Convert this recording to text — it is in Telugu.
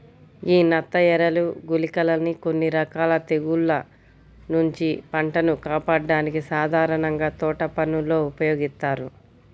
యీ నత్తఎరలు, గుళికలని కొన్ని రకాల తెగుల్ల నుంచి పంటను కాపాడ్డానికి సాధారణంగా తోటపనుల్లో ఉపయోగిత్తారు